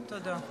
תודה.